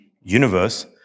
universe